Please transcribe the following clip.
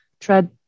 tread